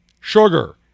Sugar